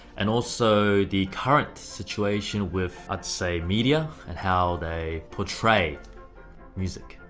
and also the current situation with. i'd say media and how they portray music.